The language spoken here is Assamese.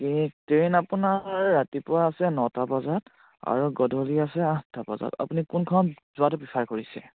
এই ট্ৰেইন আপোনাৰ ৰাতিপুৱা আছে নটা বজাত আৰু গধূলি আছে আঠটা বজাত আপুনি কোনখন যোৱাটো প্ৰিফাৰ কৰিছে